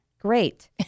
Great